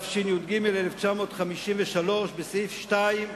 התשי"ג 1953, בסעיף 2,